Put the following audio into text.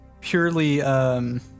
purely